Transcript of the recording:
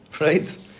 Right